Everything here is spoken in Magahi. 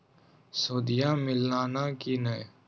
सुदिया मिलाना की नय?